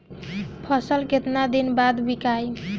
फसल केतना दिन बाद विकाई?